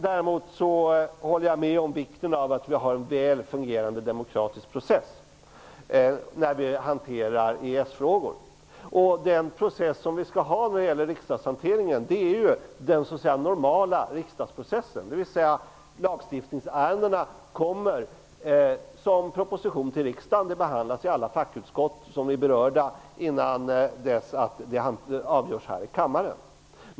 Jag håller däremot med om vikten av att vi har en väl fungerande demokratisk process när vi hanterar EES-frågor. Den process som vi skall ha i riksdagshanteringen är den normala riksdagsprocessen, dvs. att lagstiftningsärendena kommer som propositioner till riksdagen och behandlas i alla berörda fackutskott innan de avgörs här i kammaren.